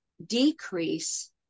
decrease